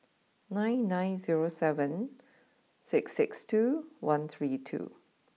nine nine zero seven six six two one three two